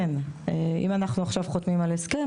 אם אנחנו חותמים עכשיו על הסכם,